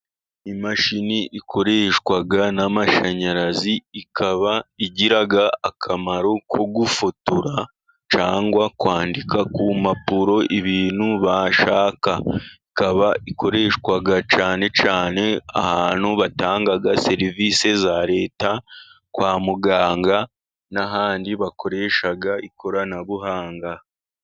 Imashini ikoreshwa n'amashanyarazi, ikaba igira akamaro ko gufotora, cyangwa kwandika ku mpapuro ibintu bashaka, ikaba ikoreshwa cyane cyane, ahantu batanga serivisi za Leta, kwa muganga n'ahandi, bakoresha ikoranabuhanga.